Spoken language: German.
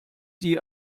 die